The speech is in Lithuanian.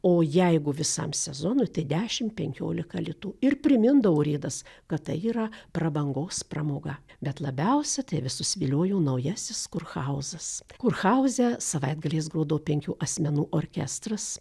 o jeigu visam sezonui tai dešim penkiolika litų ir primindavo urėdas kad tai yra prabangos pramoga bet labiausia visus viliojo naujasis kurhauzas kurhauze savaitgaliais grodavo penkių asmenų orkestras